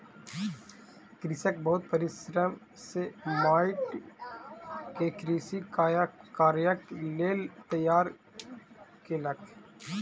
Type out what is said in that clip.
कृषक बहुत परिश्रम सॅ माइट के कृषि कार्यक लेल तैयार केलक